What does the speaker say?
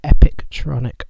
Epictronic